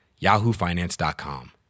yahoofinance.com